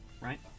Right